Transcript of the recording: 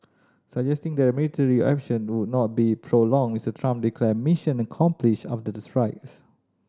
suggesting the military action would not be prolonged Mister Trump declared mission accomplished after the strikes